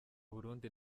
burundi